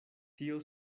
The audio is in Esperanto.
tio